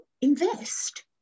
invest